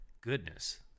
goodness